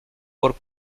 por